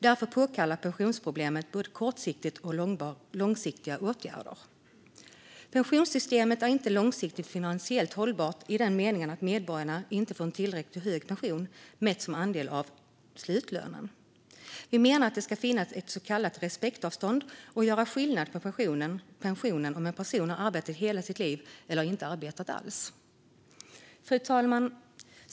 Därför påkallar pensionsproblemet både kortsiktiga och långsiktiga åtgärder. Pensionssystemet är inte långsiktigt finansiellt hållbart i den meningen att medborgarna inte får en tillräckligt hög pension mätt som andel av slutlönen. Vi menar att det ska finnas ett så kallat respektavstånd och göras skillnad på pensionen om en person har arbetat i hela sitt liv eller inte arbetat alls. Fru talman!